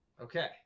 Okay